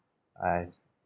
I